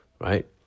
Right